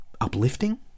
uplifting